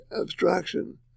abstraction